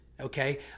okay